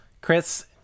Chris